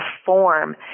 perform